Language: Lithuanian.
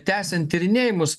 tęsiant tyrinėjimus